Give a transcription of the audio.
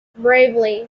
bravely